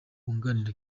wunganira